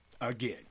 Again